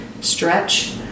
stretch